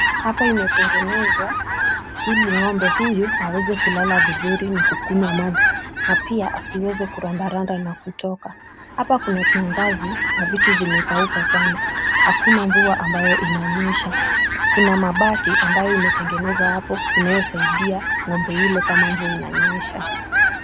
Hapa imetengenezwa ili ng'ombe huyu aweze kulala vizuri na kukunywa maji na pia asiweze kurandaranda na kutoka. Hapa kuna kiangazi na vitu zimekauka sana, hakuna mvua ambayo inanyesha. Kuna mabati ambayo imetengenezwa hapo inayosaidia ng'ombe hilo kama mvua inanyesha.